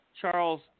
Charles